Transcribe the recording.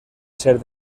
ser